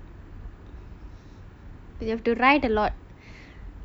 you have to write a lot